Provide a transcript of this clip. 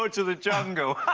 george of the jungle!